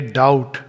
doubt